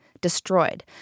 destroyed